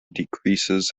decreases